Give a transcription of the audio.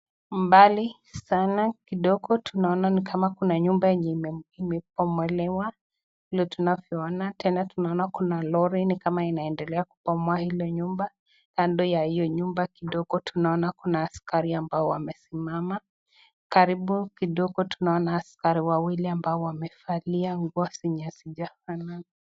mbali sana kidogo tunaona ni kama kuna nyumba yenye imebomolewa vile tunavyoona. tena tunaona kuna lori ni kama inaendelea kubomoa hilo nyumba. kando ya hiyo nyumba kidogo tunaona kuna askari ambao wamesimama. Karibu kidogo tunaona askari wawili ambao wamefalia nguo zenye hazijafanana.